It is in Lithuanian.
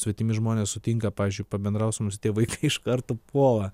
svetimi žmonės sutinka pavyzdžiui pabendraut su mumistie vaikai iš karto puola